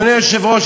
אדוני היושב-ראש,